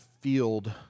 field